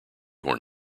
horn